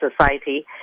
society